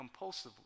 compulsively